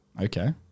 Okay